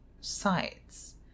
sites